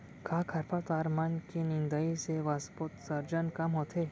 का खरपतवार मन के निंदाई से वाष्पोत्सर्जन कम होथे?